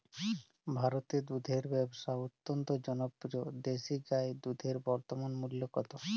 ভারতে দুধের ব্যাবসা অত্যন্ত জনপ্রিয় দেশি গাই দুধের বর্তমান মূল্য কত?